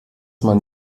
man